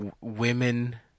women